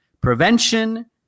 prevention